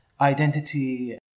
identity